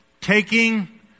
taking